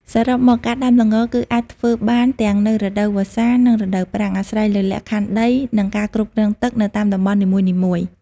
សរុបមក ការដាំល្ងគឺអាចធ្វើបានទាំងនៅរដូវវស្សា និងរដូវប្រាំង អាស្រ័យលើលក្ខខណ្ឌដី និងការគ្រប់គ្រងទឹកនៅតាមតំបន់នីមួយៗ។